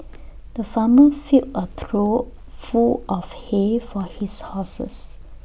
the farmer filled A trough full of hay for his horses